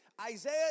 Isaiah